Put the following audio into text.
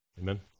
Amen